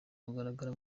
kugaragara